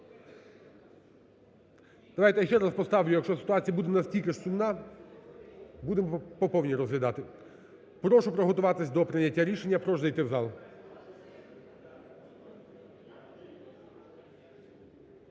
Давайте ще раз поставлю, якщо ситуацію буде настільки ж сумна, будемо по повній розглядати. Прошу приготуватись до прийняття рішення, прошу зайти в зал.